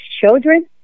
children